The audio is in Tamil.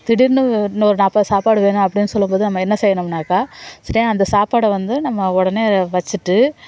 திடீர்னு இன்னொரு நாற்பது சாப்பாடு வேணும் அப்படினு சொல்லும்போது நம்ம என்ன செய்யணுமுன்னாக்கா ஸ்டே அந்த சாப்பாடை வந்து நம்ம உடனே வச்சிட்டு